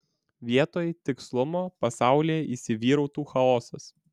vietoj tikslumo pasaulyje įsivyrautų chaosas